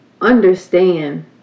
understand